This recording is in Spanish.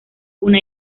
una